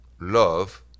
love